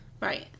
Right